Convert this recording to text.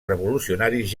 revolucionaris